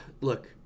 look